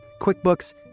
QuickBooks